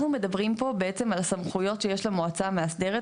אנחנו מדברים פה בעצם על הסמכויות שיש למועצה המאסדרת,